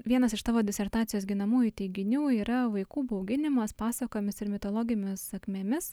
vienas iš tavo disertacijos ginamųjų teiginių yra vaikų bauginimas pasakomis ir mitologimis sakmėmis